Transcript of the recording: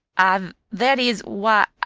i that is why i